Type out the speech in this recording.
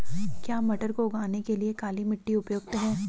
क्या मटर को उगाने के लिए काली मिट्टी उपयुक्त है?